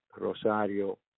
Rosario